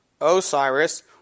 Osiris